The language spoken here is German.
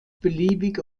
beliebig